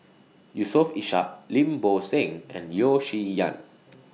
Yusof Ishak Lim Bo Seng and Yeo Shih Yun